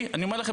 אני אומר לכם,